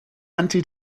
anti